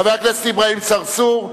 חבר הכנסת אברהים צרצור.